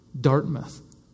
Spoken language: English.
Dartmouth